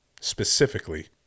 specifically